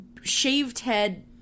shaved-head